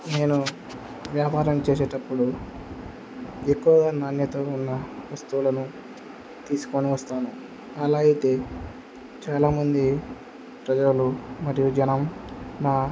నేను వ్యాపారం చేసేటప్పుడు ఎక్కువగా నాణ్యత ఉన్న వస్తువులను తీసుకొని వస్తాను అలా అయితే చాలామంది ప్రజలు మరియు జనం నా